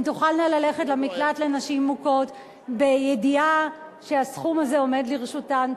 הן תוכלנה ללכת למקלט לנשים מוכות בידיעה שהסכום הזה עומד לרשותן.